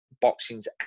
boxing's